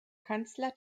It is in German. kanzler